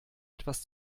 etwas